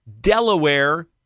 Delaware